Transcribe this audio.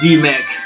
D-Mac